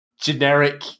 generic